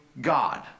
God